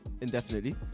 Indefinitely